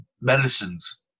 medicines